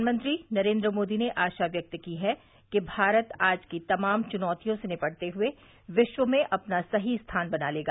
प्रधानमंत्री नरेन्द्र मोदी ने आशा व्यक्त की है कि भारत आज की तमाम चुनौतियों से निपटते हुए विश्व में अपना सही स्थान बना लेगा